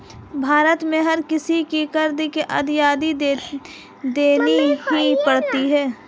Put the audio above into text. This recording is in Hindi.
भारत में हर किसी को कर की अदायगी देनी ही पड़ती है